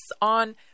on